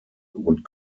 would